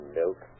milk